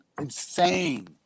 insane